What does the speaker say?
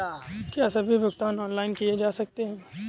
क्या सभी भुगतान ऑनलाइन किए जा सकते हैं?